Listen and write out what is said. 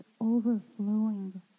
overflowing